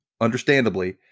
understandably